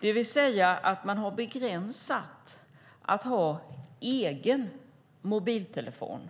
Man har begränsat möjligheten för de dömda att använda egen mobiltelefon